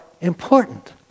important